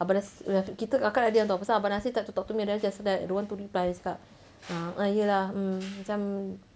abang nasir kita kakak dah diam [tau] pasal abang nasir try to talk to me then I just like don't want to reply cakap ah err ya lah um macam